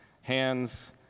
hands